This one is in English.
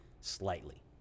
slightly